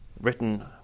Written